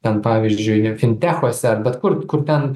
ten pavyzdžiui fintechose ar bet kur kur ten